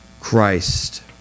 Christ